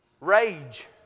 Rage